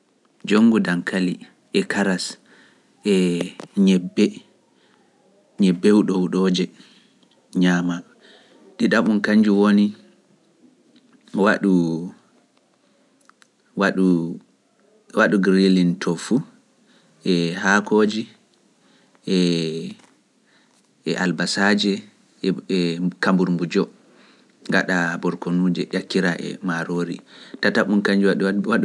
jomngu dankali e karas e ñebbe hudohudooje ñaama ɗiɗaɓun woni waɗu grillin tofu e haakoji e albasaaji e kamburmbujo ngaɗa borkunuuje ƴakkira e maaroori tataɓo kañnjun woni...